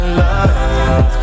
love